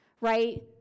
right